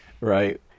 Right